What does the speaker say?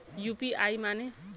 UPI माने?